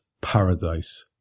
Paradise